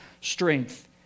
strength